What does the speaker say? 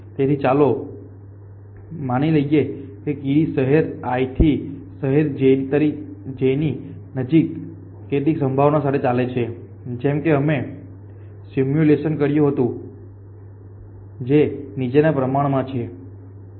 તેથી ચાલો માની લઈએ કે કીડી શહેર i થી શહેર j ની કેટલીક સંભાવના સાથે ચાલે છે જેમ કે અમે સિમ્યુલેશન કર્યું હતું જે નીચેનાના પ્રમાણમાં છે